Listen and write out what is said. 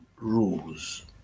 rules